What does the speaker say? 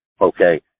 Okay